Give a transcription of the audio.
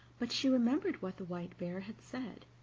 but she remembered what the white bear had said,